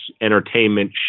entertainment